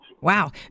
Wow